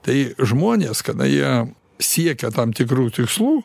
tai žmonės kada jie siekia tam tikrų tikslų